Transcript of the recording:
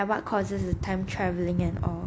what causes the time travelling and all